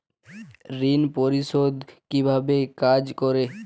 ঋণ পরিশোধ কিভাবে কাজ করে?